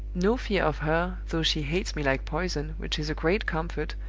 no fear of her, though she hates me like poison, which is a great comfort,